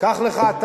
קח לך אתה,